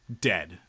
dead